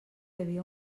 havia